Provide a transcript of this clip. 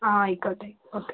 ആയിക്കോട്ടെ ഓക്കെ